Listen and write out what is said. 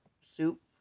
soup